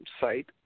site